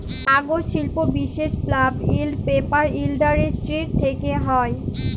কাগজ শিল্প বিশেষ পাল্প এল্ড পেপার ইলডাসটিরি থ্যাকে হ্যয়